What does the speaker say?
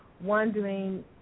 wondering